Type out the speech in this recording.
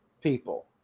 people